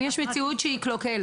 אם יש מציאות שהיא קלוקלת,